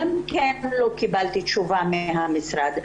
גם על זה לא קיבלתי תשובה מהמשרד.